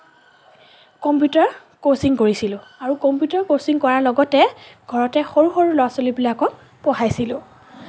computer coaching কৰিছিলোঁ আৰু computer coaching কৰাৰ লগতে ঘৰতে সৰু সৰু ল'ৰা ছোৱালী বিলাকক পঢ়াইছিলোঁ